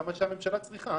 כמה שהממשלה צריכה,